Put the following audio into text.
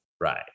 Right